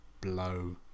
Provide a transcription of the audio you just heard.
blow